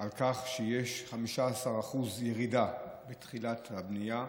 על כך שיש 15% ירידה בהתחלות הבנייה,